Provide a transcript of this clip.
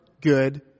good